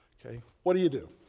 ok? what do you do?